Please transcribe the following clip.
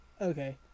Okay